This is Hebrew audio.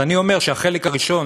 אז אני אומר שהחלק הראשון,